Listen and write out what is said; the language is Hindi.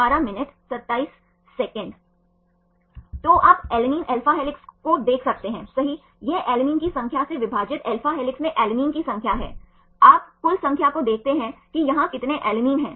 यह हम अल्फा हेलिसेस और बीटा शीट की तुलना करते हैं अल्फा हेलिसेस बारीकी से पैक किए जाते हैं और बीटा शीट पूरी तरह से विस्तारित होती हैं और यह अवयवस्थि रूप से पैक की जाती हैं